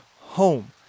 home